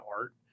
art